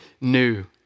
new